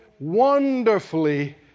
wonderfully